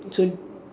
so